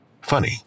Funny